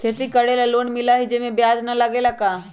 खेती करे ला लोन मिलहई जे में ब्याज न लगेला का?